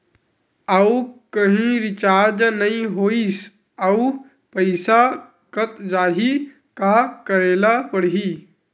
आऊ कहीं रिचार्ज नई होइस आऊ पईसा कत जहीं का करेला पढाही?